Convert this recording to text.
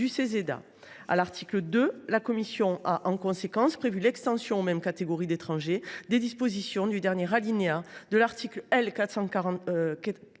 à l’article 2, la commission a prévu l’extension aux mêmes catégories d’étrangers des dispositions du dernier alinéa de l’article L.